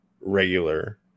regular